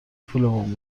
پولمون